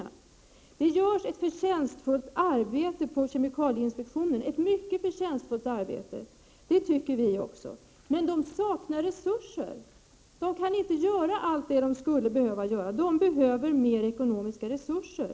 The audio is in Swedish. Det görs ett mycket förtjänstfullt arbete på kemikalieinspektionen — det tycker jag också — men man saknar resurser. Man kan inte göra allt det som borde göras, och det behövs mer ekonomiska resurser.